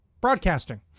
broadcasting